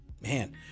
man